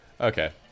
Okay